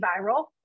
viral